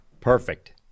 Perfect